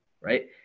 right